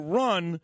run